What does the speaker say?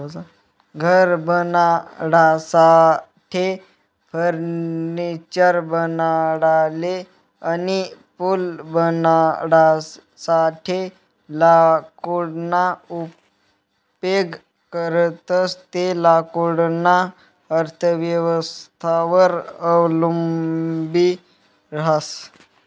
घर बनाडासाठे, फर्निचर बनाडाले अनी पूल बनाडासाठे लाकूडना उपेग करतंस ते लाकूडना अर्थव्यवस्थावर अवलंबी रहास